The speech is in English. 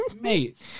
mate